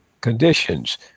conditions